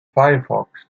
firefox